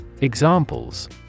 Examples